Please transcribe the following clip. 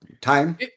Time